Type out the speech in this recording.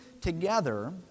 together